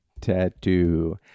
tattoo